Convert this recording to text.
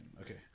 Okay